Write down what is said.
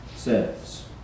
Says